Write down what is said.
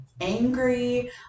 angry